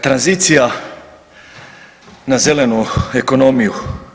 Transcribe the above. Tranzicija na zelenu ekonomiju.